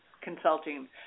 consulting